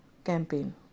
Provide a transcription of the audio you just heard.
campaign